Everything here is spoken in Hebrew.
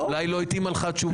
אולי לא התאימה לך התשובה.